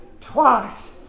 twice